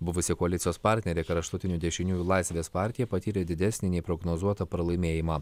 buvusi koalicijos partnerė kraštutinių dešiniųjų laisvės partija patyrė didesnį nei prognozuota pralaimėjimą